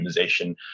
optimization